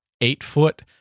eight-foot